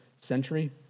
century